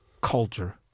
culture